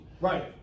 Right